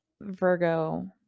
Virgo